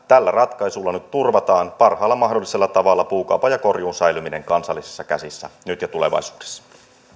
tällä ratkaisulla nyt turvataan parhaalla mahdollisella tavalla puukaupan ja korjuun säilyminen kansallisissa käsissä nyt ja tulevaisuudessa